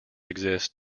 exist